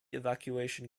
evacuation